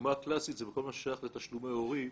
הדוגמא הקלאסית זה בכל מה ששייך לתשלומי הורים